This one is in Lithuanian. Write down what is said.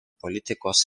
politikos